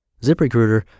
ZipRecruiter